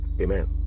Amen